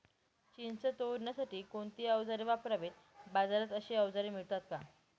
चिंच तोडण्यासाठी कोणती औजारे वापरावीत? बाजारात अशी औजारे मिळतात का?